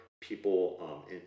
People